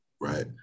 right